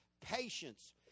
patience